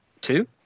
two